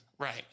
Right